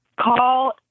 call